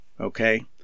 okay